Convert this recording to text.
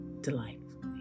delightfully